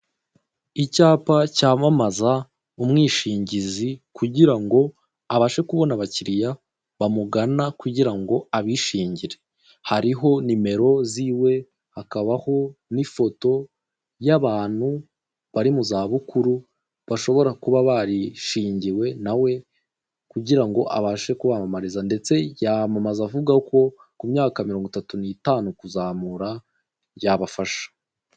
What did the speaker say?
Icyapa cyamamaza umwishingizi kugira ngo abashe kubona abakiliya bamugana kugira ngo abishingire, hariho nimero ziwe, hakabaho n'ifoto y'abantu bari mu za bukuru bashobora kuba barishingiwe na we kugira ngo abashe kubamamariza ndetse yamamaza avuga ko ku myaka mirongo itatu n'itanu kuzamura yabafasha.